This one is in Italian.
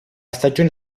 stagione